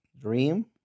Dream